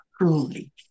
truly